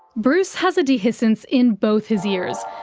bruce has a dehiscence in both his ears,